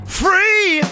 free